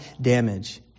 damage